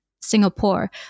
Singapore